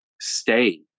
stay